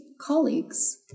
Colleagues